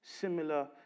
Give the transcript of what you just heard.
similar